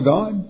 God